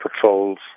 patrols